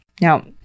Now